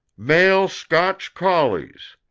male scotch collies!